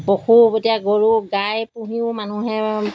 পশু এতিয়া গৰু গাই পুহিও মানুহে